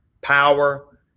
power